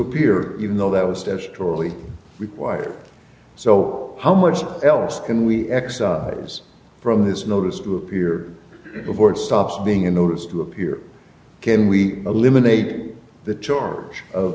appear even though that was destroyed requires so how much else can we excise from this notice to appear before it stops being a notice to appear can we eliminate the charge of